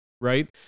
Right